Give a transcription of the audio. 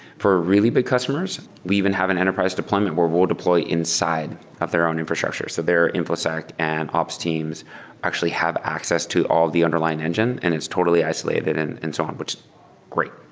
for really big customers, we even have an enterprise deployment where we'll deploy inside of their own infrastructures. so their infosec and ops teams actually have access to all the underlying engine and is totally isolated and and so on, which is great.